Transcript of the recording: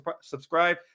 subscribe